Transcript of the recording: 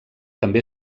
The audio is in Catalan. també